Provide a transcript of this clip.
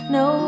no